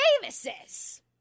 Davises